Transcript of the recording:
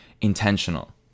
intentional